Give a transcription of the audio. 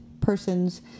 persons